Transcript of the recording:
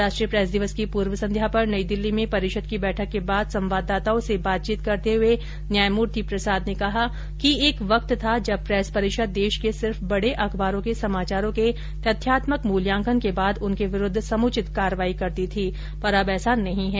राष्ट्रीय प्रेस दिवस की पूर्वसंध्या पर नई दिल्ली में परिषद की बैठक के बाद संवाददाताओं से बातचीत करते हुए न्यायमूर्ति प्रसाद ने कहा कि एक वक्त था जब प्रेस परिषद देश के सिर्फ बड़े अखबारों के समाचारों के तथ्यात्मक मूल्यांकन के बाद उनके विरुद्व समुचित कार्रवाई करता थी पर अब ऐसा नहीं है